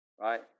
Right